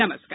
नमस्कार